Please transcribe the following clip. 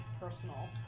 personal